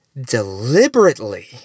deliberately